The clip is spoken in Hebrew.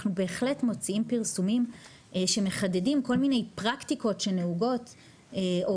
אנחנו בהחלט מוציאים פרסומים שמחדדים כל מיני פרקטיקות שנהוגות או